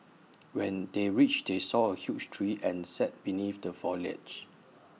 when they reached they saw A huge tree and sat beneath the foliage